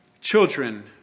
children